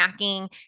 snacking